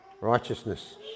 righteousness